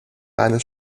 eines